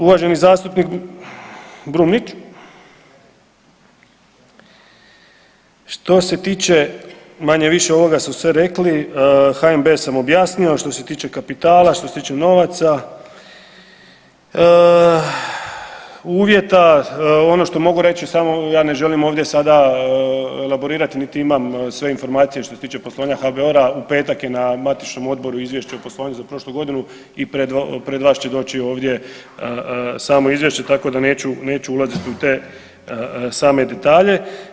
Uvaženi zastupnik Brumnić, što se tiče manje-više ovoga smo sve rekli, HNB sam objasnio, što se tiče kapitala, što se tiče novaca, uvjeta ono što mogu reći samo ja ne želim ovdje sada elaborirati niti imam sve informacije što se tiče poslovanja HBOR-a u petak je na matičnom odboru izvješće o poslovanju za prošlu godinu i pred vas će doći ovdje samo izvješće tako da neću ulaziti u te same detalje.